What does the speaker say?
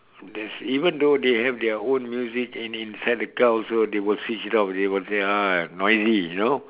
there's even though they have their own music in in inside the car also they will switch it off they will say ah noisy you know